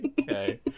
Okay